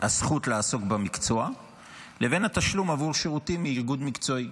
הזכות לעסוק במקצוע לבין התשלום עבור שירותים לאיגוד מקצועי,